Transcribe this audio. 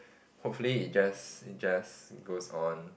hopefully it just it just goes on